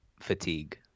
fatigue